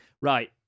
Right